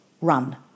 Run